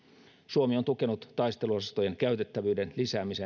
suomi on tukenut taisteluosastojen käytettävyyden lisäämiseen